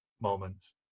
moments